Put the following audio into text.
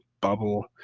bubble